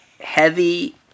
heavy